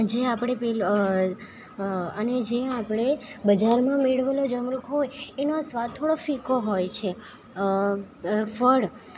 જે આપણે પેલુ અને જે આપણે બજારમાં મેળવેલો જમરૂખ હોય એનો સ્વાદ થોડો ફિકો હોય છે ફળ